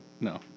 No